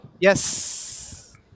Yes